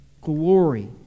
glory